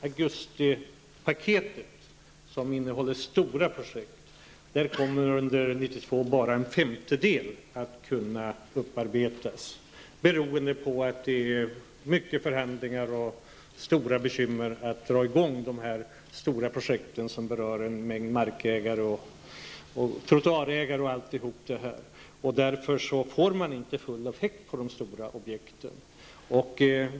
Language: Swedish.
I augustipaketet, som innehåller stora projekt, kommer under 1992 bara en femtedel att kunna upparbetas. Det beror på att det krävs många förhandlingar och att det finns stora bekymmer med att dra i gång stora projekt som berör många markägare, trottoarägare m.fl. Därför får man inte full effekt på de stora objekten.